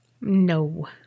No